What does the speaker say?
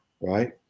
right